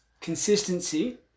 consistency